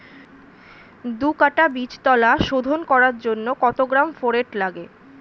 দু কাটা বীজতলা শোধন করার জন্য কত গ্রাম ফোরেট লাগে?